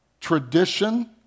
tradition